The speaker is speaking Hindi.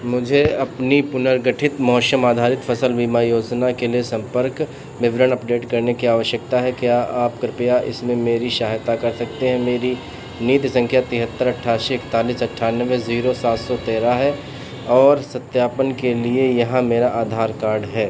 मुझे अपनी पुनर्गठित मौसम आधारित फसल बीमा योजना के लिए संपर्क विवरण अपडेट करने की आवश्यकता है क्या आप कृपया इसमें मेरी सहायता कर सकते हैं मेरी नीति संख्या तेहत्तर अठासी एकतालीस अनठानवे जीरो सात सौ तेरह है और सत्यापन के लिए यहाँ मेरा आधार कार्ड है